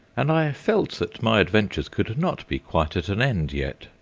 and i felt that my adventures could not be quite at an end yet,